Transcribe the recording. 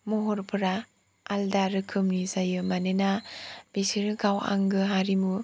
महरफोरा आलदा रोखोमनि जायो मानोना बिसोरो गाव आंगो हारिमु